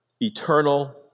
eternal